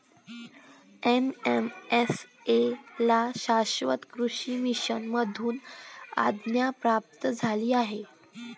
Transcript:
NMSA ला शाश्वत कृषी मिशन मधून आज्ञा प्राप्त झाली आहे